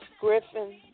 Griffin